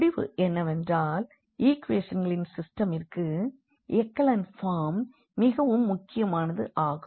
முடிவு என்னவென்றால் ஈக்வேஷன்களின் சிஸ்டத்திற்கு எக்கலன் ஃபார்ம் மிகவும் முக்கியமானது ஆகும்